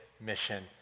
mission